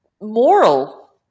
moral